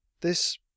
This